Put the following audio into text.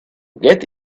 get